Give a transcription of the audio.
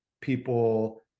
people